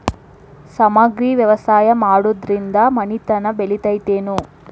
ಸಮಗ್ರ ವ್ಯವಸಾಯ ಮಾಡುದ್ರಿಂದ ಮನಿತನ ಬೇಳಿತೈತೇನು?